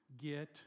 get